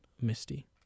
Misty